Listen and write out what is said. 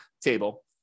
table